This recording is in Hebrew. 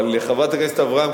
אבל חברת הכנסת אברהם,